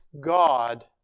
God